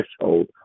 threshold